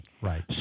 Right